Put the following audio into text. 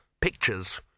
pictures